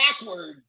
backwards